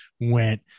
went